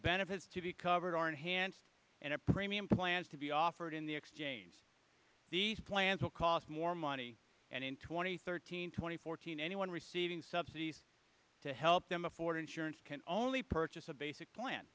benefits to be covered or enhanced and a premium plans to be offered in the exchange these plans will cost more money and in twenty thirteen twenty fourteen anyone receiving subsidies to help them afford insurance can only purchase a basic plan